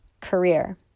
Career